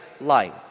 life